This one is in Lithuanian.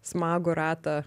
smagų ratą